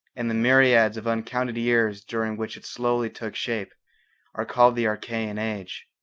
and the myriads of uncounted years during which slowly took shape are called the archaean age.